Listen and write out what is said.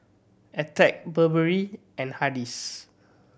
Attack Burberry and Hardy's